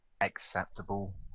acceptable